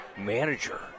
Manager